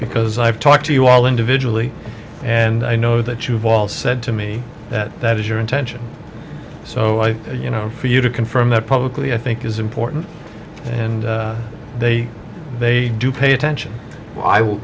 because i've talked to you all individually and i know that you've all said to me that that is your intention so i think you know for you to confirm that publicly i think is important and they they do pay attention i will